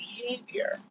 behavior